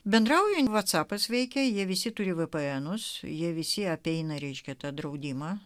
bendrauja vatsapas veikia jie visi turi vpn us jie visi apeina reiškia tą draudimą